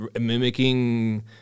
mimicking